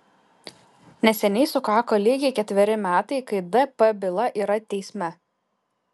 neseniai sukako lygiai ketveri metai kai dp byla yra teisme